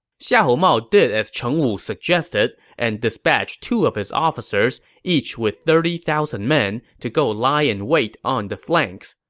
xiahou mao did as cheng wu suggested and dispatched two of his officers, each with thirty thousand men, to go lie in wait on the flanks.